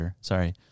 sorry